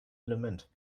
element